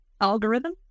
algorithm